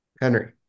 Henry